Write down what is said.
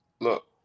Look